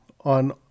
on